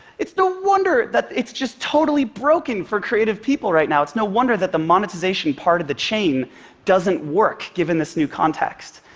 it's no wonder that it's just totally broken for creative people right now. it's no wonder that the monetization part of the chain doesn't work given this new context.